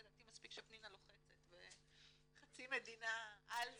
לדעתי מספיק שפנינה לוחצת וחצי מדינה על זה,